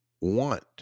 want